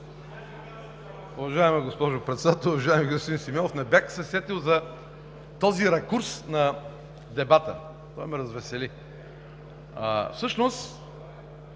Уважаема госпожо Председател, уважаеми господин Симеонов! Не бях се сетил за този ракурс на дебата. Това ме развесели. Всъщност